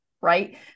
Right